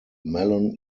mellon